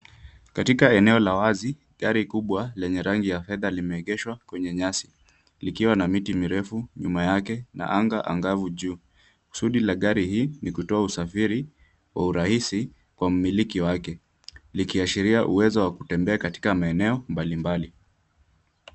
Katika eneo la wazi, gari kubwa lenye rangi ya fedha limeegeshwa kwenye nyasi, likiwa na miti mirefu nyuma yake na anga angavu juu. Kusudi la gari hii ni kutoa usafiri wa urahisi kwa mmiliki wake, likiashiria uwezo wa kutembea katika maeneo mbalimbali.